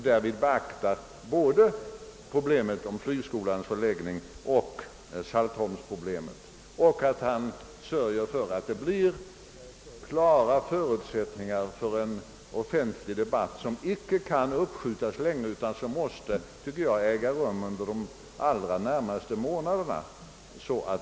Därvid bör beaktas både frågan om flygskolans förläggning och Saltholms-problemet. Jag hemställer också att kommunikationsministern sörjer för att vi får en sådan offentlig debatt mycket snart. Den kan inte uppskjutas utan måste äga rum under de allra närmaste månaderna.